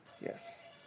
yes